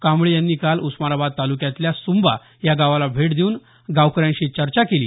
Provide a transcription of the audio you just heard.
कांबळे यांनी काल उस्मानाबाद तालुक्यातल्या सुंबा या गावाला भेट देऊन गावकऱ्यांशी चर्चा केली